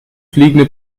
fliegende